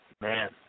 Man